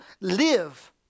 live